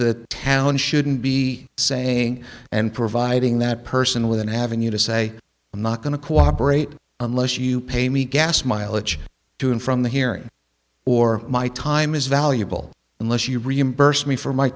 that town shouldn't be saying and providing that person with an avenue to say i'm not going to cooperate unless you pay me gas mileage to and from the hearing or my time is valuable unless you reimburse me for my